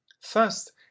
First